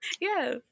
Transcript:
yes